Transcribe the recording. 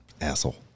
asshole